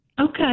Okay